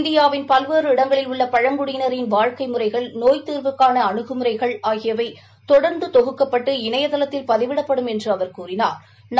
இந்தியாவிள் பல்வேறு இடங்களில் உள்ள பழங்குடியினரின் வாழ்க்கை முறைகள் நோய் தீர்வுக்கான அணுகுமுறைகள் ஆகியவை தொடர்ந்து தொகுக்கப்பட்டு இணையதளத்தில் பதிவிடப்படும் என்று அவர் கூறிணா்